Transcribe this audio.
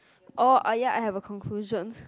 oh oh ya I have a conclusion